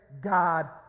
God